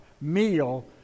meal